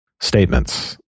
statements